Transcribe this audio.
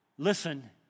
Listen